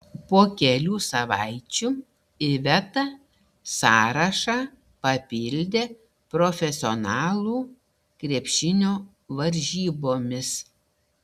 po kelių savaičių iveta sąrašą papildė profesionalų krepšinio varžybomis